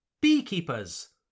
beekeepers